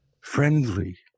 friendly